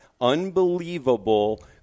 unbelievable